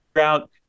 out